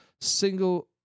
single